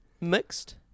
mixed